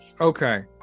Okay